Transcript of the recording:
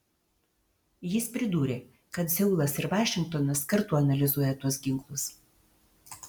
jis pridūrė kad seulas ir vašingtonas kartu analizuoja tuos ginklus